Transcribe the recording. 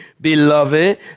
Beloved